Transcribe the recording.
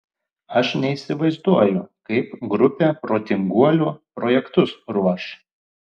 aš neįsivaizduoju kaip grupė protinguolių projektus ruoš